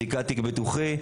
בדיקת תיק ביטוחי,